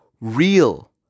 real